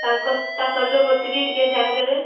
ତାଙ୍କ ତା' ଶରୀର ପ୍ରତି ବି ଟିକେ ଧ୍ୟାନ ଦେବେ